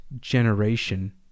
generation